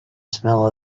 smell